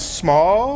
small